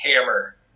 hammer